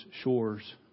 shores